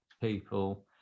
people